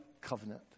covenant